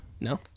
No